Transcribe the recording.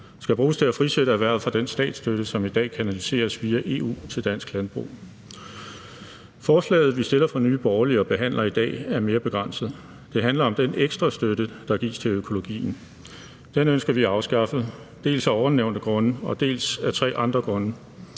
skal bruges til at frisætte erhvervet fra den statsstøtte, som i dag kanaliseres via EU til dansk landbrug. Forslaget, som er fremsat af Nye Borgerlige, og som vi behandler i dag, er mere begrænset. Det handler om den ekstra støtte, der gives til økologien. Den ønsker vi at afskaffe, dels af ovennævnte grunde, dels af tre andre grunde.